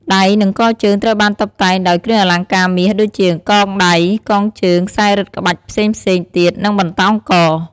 ដៃ និងកជើងត្រូវបានតុបតែងដោយ គ្រឿងអលង្ការមាស ដូចជា កងដៃ កងជើង ខ្សែរឹតក្បាច់ផ្សេងៗទៀត និងបន្តោងក។